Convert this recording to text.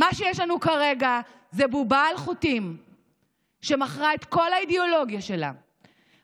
מה שיש לנו כרגע זה בובה על חוטים שמכרה את כל האידיאולוגיה שלה,